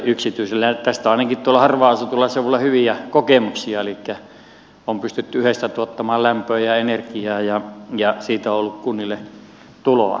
tästä on ainakin tuolla harvaan asutulla seudulla hyviä kokemuksia elikkä on pystytty yhdessä tuottamaan lämpöä ja energiaa ja siitä on ollut kunnille tuloa